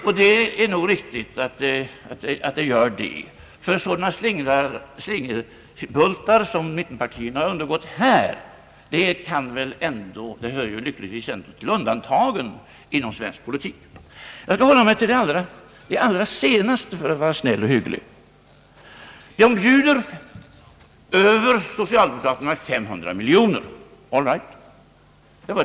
Och det är nog riktigt, ty sådana slingerbultar som mittenpartierna har gjort här hör väl lyckligtvis till undantagen inom svensk politik. Jag skall hålla mig till deras allra senaste aktion, för att vara snäll och hygglig. De bjuder över socialdemokraterna med 500 miljoner kronor. All right!